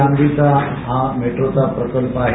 लांबीचा हा मेट्रो प्रकल्प आहे